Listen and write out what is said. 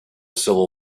civil